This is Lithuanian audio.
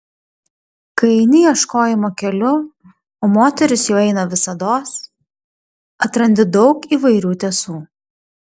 kai eini ieškojimo keliu o moteris juo eina visados atrandi daug įvairių tiesų